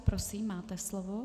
Prosím, máte slovo.